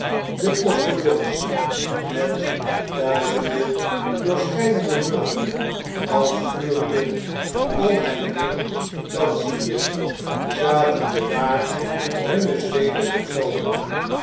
de postiljons met duizende doorschjjnende muggen als furien om hen heen dansende zaten bedaard hunne zweepen te knoopen